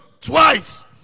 twice